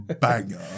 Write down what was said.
banger